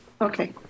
Okay